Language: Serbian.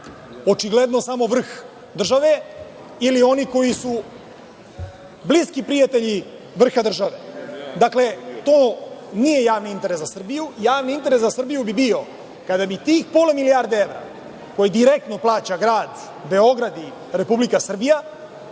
Očigledno samo vrh države ili oni koji su bliski prijatelji vrha države. Dakle, to nije javni interes za Srbiju. Javni interes za Srbiju bi bio kada bi tih pola milijarde evra koje direktno plaća Grad Beograd i Republika Srbija,